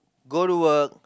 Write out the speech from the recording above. go to work